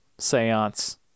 Seance